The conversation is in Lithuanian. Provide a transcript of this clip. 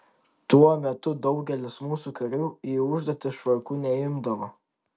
tuo metu daugelis mūsų karių į užduotis švarkų neimdavo